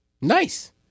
Nice